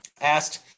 asked